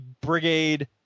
brigade